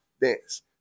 dance